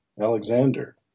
Alexander